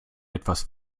etwas